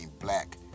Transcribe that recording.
black